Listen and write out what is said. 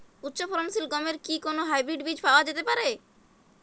উচ্চ ফলনশীল গমের কি কোন হাইব্রীড বীজ পাওয়া যেতে পারে?